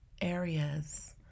areas